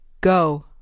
Go